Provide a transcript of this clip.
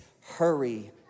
hurry